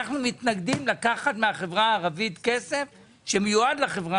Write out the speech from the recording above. אנו מתנגדים לקחת מהחברה הערבית כסף שמיועד לחברה